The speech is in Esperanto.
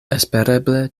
espereble